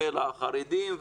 לחרדים,